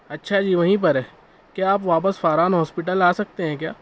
اچّھا جی وہیں پر ہے کیا آپ واپس فاران ہاسپٹل آ سکتے ہیں کیا